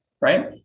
right